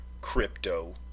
crypto